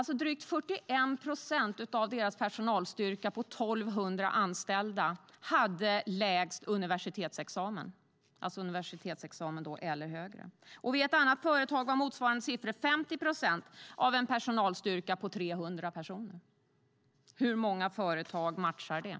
Drygt 41 procent av deras personalstyrka på 1 200 anställda hade universitetsexamen eller högre. Vid ett annat företag var motsvarande siffra 50 procent, av en personalstyrka på ca 300 personer. Hur många företag matchar det?